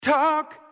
Talk